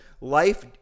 life